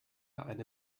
eine